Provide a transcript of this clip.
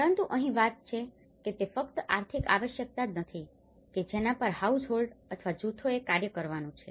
પરંતુ અહીં વાત એ છે કે તે ફક્ત આર્થિક આવશ્યકતા જ નથી કે જેના પર હાઉસહોલ્ડસ અથવા જૂથોએ કાર્ય કરવાનું છે